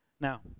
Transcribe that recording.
Now